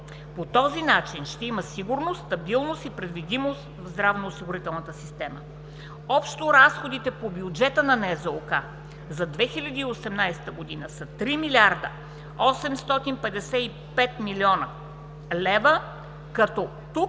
По този начин ще има сигурност, стабилност и предвидимост в здравноосигурителната система. Общо разходите по бюджета на НЗОК за 2018 г. са 3 млрд. 855 млн. лв., като тук